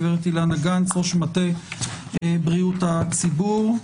ראש מטה בריאות הציבור.